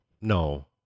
no